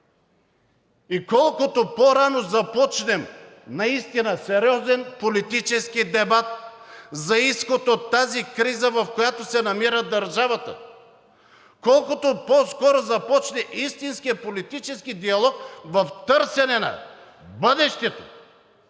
и колкото по-рано започнем наистина сериозен политически дебат за изход от тази криза, в която се намира държавата, колкото по-скоро започне истинският политически диалог в търсене на бъдещето